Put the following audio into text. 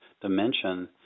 dimension